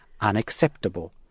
unacceptable